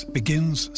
begins